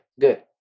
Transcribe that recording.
good